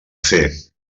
fer